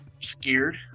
scared